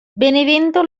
benevento